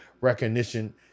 recognition